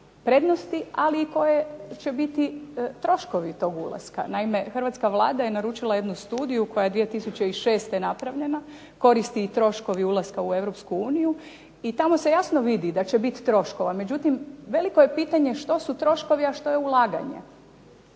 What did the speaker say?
ali koji će biti i troškovi toga ulaska. Naime, hrvatska Vlada je naručila jednu studiju koja je 2006. napravila, Koristi i troškovi ulaska u Europsku uniju. I tamo se jasno vidi da će biti troškova. Međutim veliko je pitanje što su troškovi, a što je ulaganje?